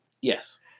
Yes